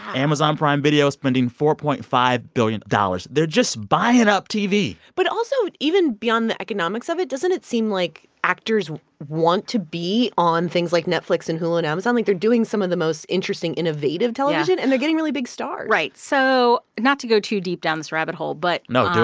amazon prime video is spending four point five billion dollars. they're just buying up tv but also, even beyond the economics of it, doesn't it seem like actors want to be on things like netflix and hulu and amazon? like, they're doing some of the most interesting, innovative television. yeah. and they're getting really big stars right. so not to go too deep down this rabbit hole but. no, yeah